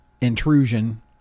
intrusion